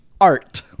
Art